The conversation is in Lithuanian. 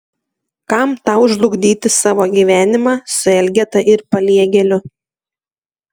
kam tau žlugdyti savo gyvenimą su elgeta ir paliegėliu